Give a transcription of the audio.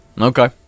Okay